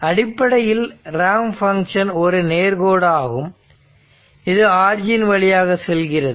அடிப்படையில் ramp function ஒரு நேர்கோடு ஆகும் இது ஆர்ஜின் வழியாக செல்கிறது